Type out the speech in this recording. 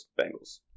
Bengals